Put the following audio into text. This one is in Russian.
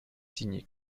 синий